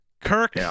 Kirk